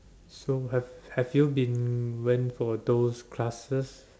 so have have you been went for those classes